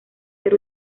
ser